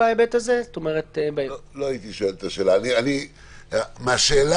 אתמול קיבלנו פניות ואני וחברים שלי מהמשותפת